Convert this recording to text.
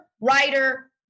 writer